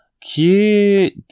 Cute